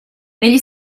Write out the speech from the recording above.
negli